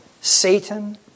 Satan